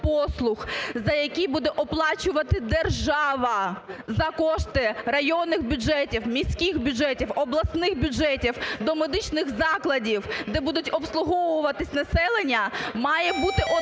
послуг, за які буде оплачувати держава, за кошти районних бюджетів, міських бюджетів, обласних бюджетів до медичних закладів, де буде обслуговуватись населення, має бути однаково